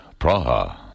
Praha